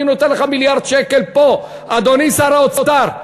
אני נותן לך מיליארד שקל פה, אדוני שר האוצר,